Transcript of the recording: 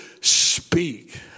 speak